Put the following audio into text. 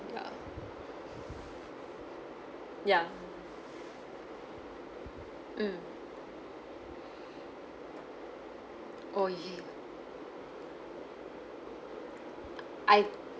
ya mm oh yeah I